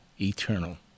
eternal